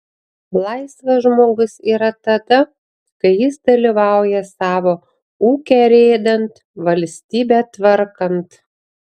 laisvas žmogus yra tada kai jis dalyvauja savo ūkę rėdant valstybę tvarkant